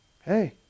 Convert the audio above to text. Hey